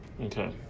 Okay